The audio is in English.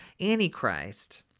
antichrist